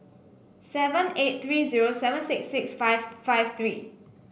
seven eight three zero seven six six five five three